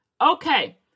Okay